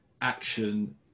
action